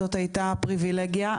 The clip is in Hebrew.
זו הייתה פריווילגיה,